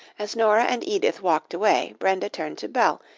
as nora and edith walked away, brenda turned to belle,